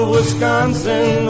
Wisconsin